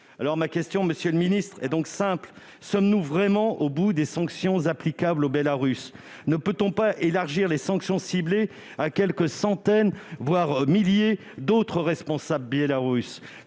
armé. Ma question, monsieur le ministre, est donc simple : sommes-nous vraiment au bout des sanctions applicables au Bélarus ? Ne peut-on élargir les sanctions à quelques centaines, voire quelques milliers d'autres responsables biélorusses ?